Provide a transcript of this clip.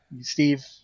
Steve